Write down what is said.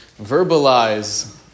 verbalize